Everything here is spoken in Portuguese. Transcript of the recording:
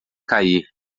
cair